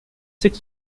six